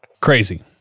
crazy